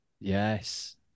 Yes